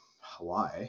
Hawaii